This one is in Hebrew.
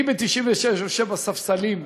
אני ב-1996 יושב בספסלים,